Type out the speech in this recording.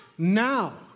Now